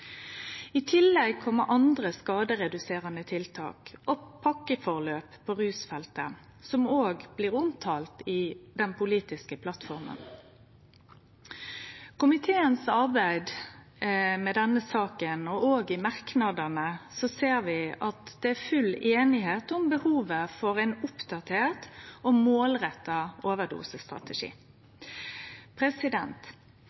I tillegg kjem andre skadereduserande tiltak og pakkeforløp på rusfeltet, som òg blir omtalte i den politiske plattforma. I arbeidet med denne saka i komiteen og òg i merknadene ser vi at det er full einigheit om behovet for ein oppdatert og målretta